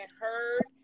heard